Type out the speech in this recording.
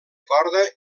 corda